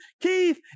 Keith